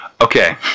Okay